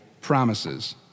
promises